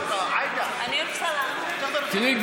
תראי,